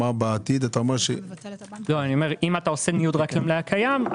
אם אתה עושה ניוד רק למלאי הקיים.